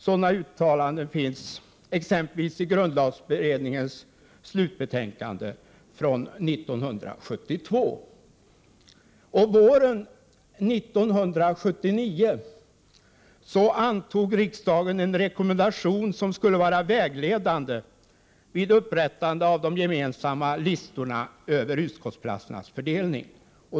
Sådana uttalanden finns exempelvis i grundlagberedningens slutbetänkande från 1972. Våren 1979 antog riksdagen en rekommendation som skulle vara vägledande vid upprättande av de gemensamma listorna över utskottsplatsernas fördelning.